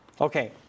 Okay